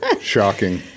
Shocking